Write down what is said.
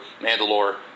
Mandalore